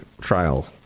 trial